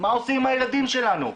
מה עושים עם הילדים שלנו?